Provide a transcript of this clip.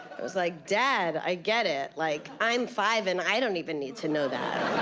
was like, dad, i get it. like, i'm five, and i don't even need to know that.